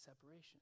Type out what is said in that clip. separation